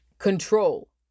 control